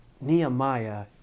Nehemiah